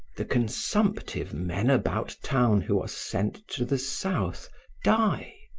the consumptive men about town who are sent to the south die,